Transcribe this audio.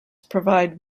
provide